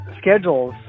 schedules